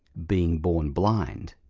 being born blind,